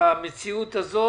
המציאות הזאת,